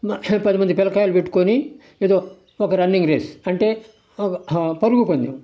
పది మంది పిల్లకాయిలను పెట్టుకొని ఎదో ఒక రన్నింగ్ రేస్ అంటే పరుగు పందెం